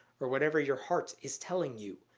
or whatever your heart is telling you.